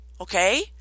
okay